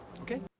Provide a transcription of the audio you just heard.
okay